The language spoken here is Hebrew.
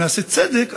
ונעשה צדק,